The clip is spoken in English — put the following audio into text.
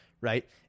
right